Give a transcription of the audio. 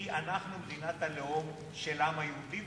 כי אנחנו מדינת הלאום של העם היהודי.